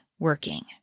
Working